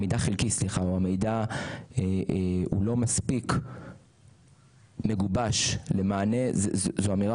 והוא לא מספיק מגובש למענה זאת אמירה